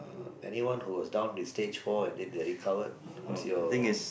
anyone who was down with stage four and then they recovered what's your